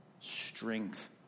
strength